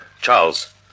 Charles